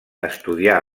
estudià